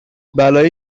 بلایی